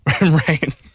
Right